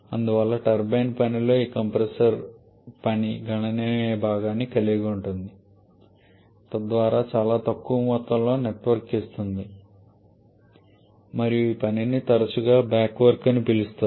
అందువల్ల టర్బైన్ పనిలో ఈ కంప్రెసర్ పని గణనీయమైన భాగాన్ని కలిగి ఉంటుంది తద్వారా చాలా తక్కువ మొత్తంలో నెట్వర్క్ ఇస్తుంది మరియు ఈ పనిని తరచుగా బ్యాక్ వర్క్ అని పిలుస్తారు